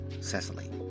Cecily